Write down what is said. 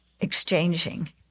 exchanging